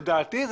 לדעתי,